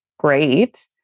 Great